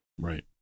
Right